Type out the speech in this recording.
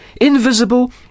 invisible